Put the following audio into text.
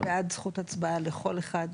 אני בעד זכות הצבעה לכל אחד,